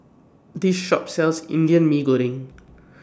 This Shop sells Indian Mee Goreng